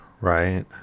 right